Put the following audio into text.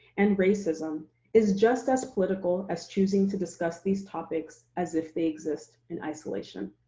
and racism is just as political as choosing to discuss these topics as if they exist in isolation.